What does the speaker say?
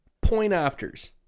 point-afters